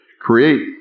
create